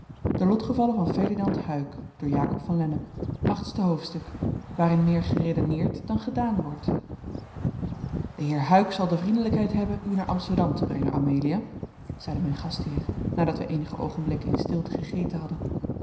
achtste hoofdstuk waarin meer geredeneerd dan gedaan wordt de heer huyck zal de vriendelijkheid hebben u naar amsterdam te brengen amelia zeide mijn gastheer nadat wij eenige oogenblikken in stilte gegeten hadden